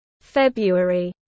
February